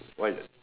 what is that